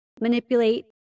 manipulate